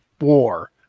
war